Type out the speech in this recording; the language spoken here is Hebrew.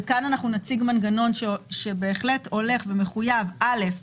נציג מנגנון שמחויב: א.